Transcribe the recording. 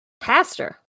pastor